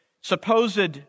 supposed